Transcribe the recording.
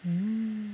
um